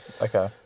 Okay